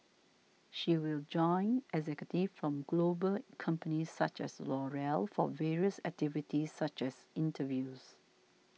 she will join executives from global companies such as L'Oreal for various activities such as interviews